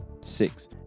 six